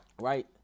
Right